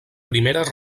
primeres